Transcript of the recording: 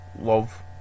love